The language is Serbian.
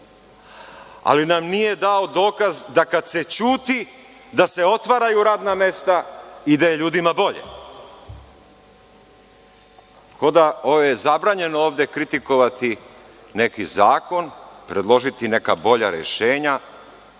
Ali, nije nam dao dokaz da kada se ćuti da se otvaraju radna mesta i da je ljudima bolje. Tako da, zabranjeno je ovde kritikovati neki zakon, predložiti neka bolja rešenja,